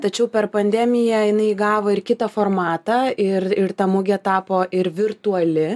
tačiau per pandemiją jinai įgavo ir kitą formatą ir ir ta mugė tapo ir virtuali